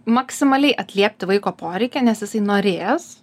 maksimaliai atliepti vaiko poreikį nes jisai norės